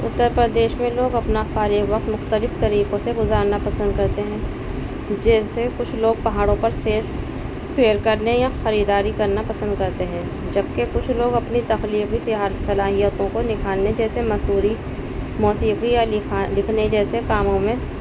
اتر پردیش میں لوگ اپنا فارغ وقت مختلف طریقوں سے گزارنا پسند کرتے ہیں جیسے کچھ لوگ پہاڑوں پر سیر سیر کرنے یا خریداری کرنا پسند کرتے ہیں جبکہ کچھ لوگ اپنی تخلیقی سیاح صلاحیتوں کو نکھارنے جیسے مسوری موسیقی یا لکھانے لکھنے جیسے کاموں میں